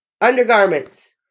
undergarments